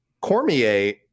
Cormier